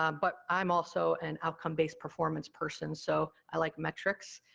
um but i'm also an outcome-based performance person, so i like metrics.